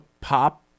pop